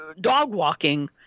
dog-walking